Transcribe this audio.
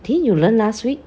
didn't you learn last week